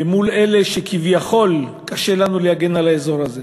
ומול אלה שכביכול, קשה לנו להגן על האזור הזה.